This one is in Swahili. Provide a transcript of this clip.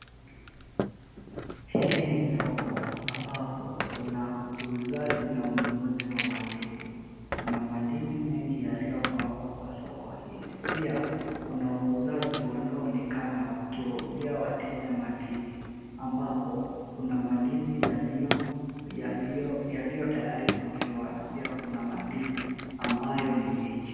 Hili ni soko ambapo kuna uzaji na ununuzi wa mandizi. Kuna mandizi mengi yaliyopangwa kwa soko hili pia kuna wauzaji wanaoonekana wakiwauzia wateja mandizi, ambapo kuna mandizi yaliyotayari kuliwa na pia kuna mandizi ambayo ni mbichi.